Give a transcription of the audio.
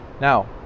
Now